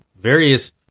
various